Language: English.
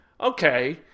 Okay